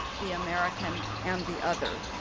the american and the other,